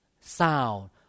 sound